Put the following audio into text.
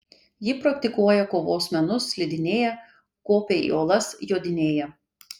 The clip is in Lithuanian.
ji praktikuoja kovos menus slidinėja kopia į uolas jodinėja